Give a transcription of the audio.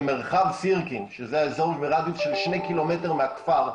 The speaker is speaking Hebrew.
במרחב סירקין שזה האזור ברדיוס של שני קילומטר מהכפר,